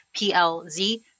PLZ